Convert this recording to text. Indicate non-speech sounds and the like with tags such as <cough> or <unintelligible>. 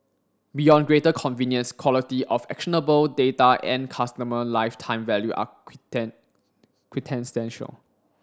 beyond greater convenience quality of actionable data and customer lifetime value are <unintelligible> quintessential